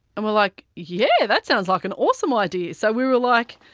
and we're like, yeah that sounds like an awesome idea. so we were like,